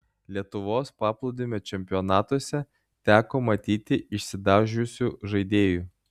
lietuvos paplūdimio čempionatuose teko matyti išsidažiusių žaidėjų